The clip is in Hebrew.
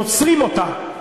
נוצרים אותה,